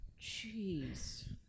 jeez